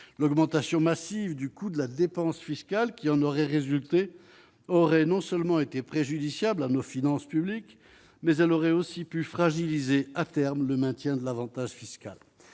l'augmentation massive du coût de la dépense fiscale qui en aurait résulté aurait non seulement été préjudiciable à nos finances publiques, mais elle aurait aussi pu fragiliser à terme le maintien de l'Avantage fiscal